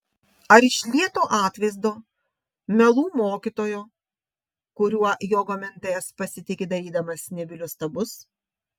ar iš lieto atvaizdo melų mokytojo kuriuo jo gamintojas pasitiki darydamas nebylius stabus